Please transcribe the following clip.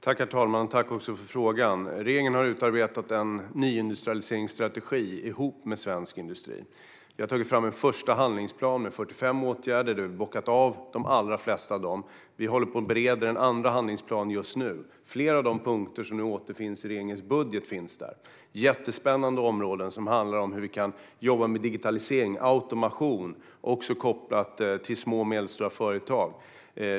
Herr talman! Jag tackar för frågan. Regeringen har utarbetat en nyindustrialiseringsstrategi ihop med svensk industri. Vi har tagit en fram en första handlingsplan med 45 åtgärder, och vi har bockat av de allra flesta av dem. Vi håller nu på att bereda en andra handlingsplan, och flera av de punkter som återfinns i regeringens budget finns där. Det är jättespännande områden som handlar om hur vi kan jobba med digitalisering och automation också kopplat till små och medelstora företag.